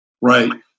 Right